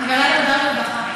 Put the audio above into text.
ועדת עבודה ורווחה.